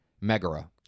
Megara